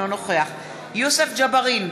אינו נוכח יוסף ג'בארין,